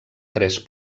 tres